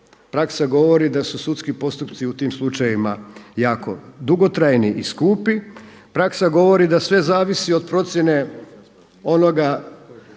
Praksa govori da su sudski postupci u tim slučajevima jako dugotrajni i skupi. Praksa govori da sve zavisi od procjene onoga